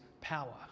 power